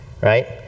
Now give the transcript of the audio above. right